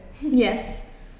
yes